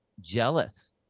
jealous